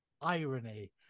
irony